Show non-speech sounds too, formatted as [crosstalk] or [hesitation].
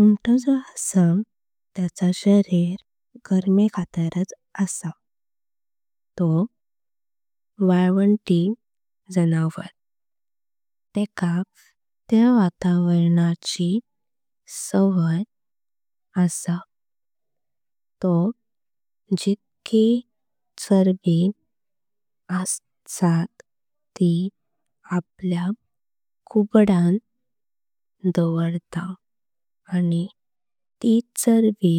उंट जो आसा तेचा शरीर गरमी खातराच आसा। तो वाळवंटी जनावर तेका त्या वातावरणाची सवय आस्ता। तो जितकी चर्बी [hesitation] आसात ते आपल्या। कुबडान डोवर्ता आनी ती चर्बी